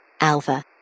Alpha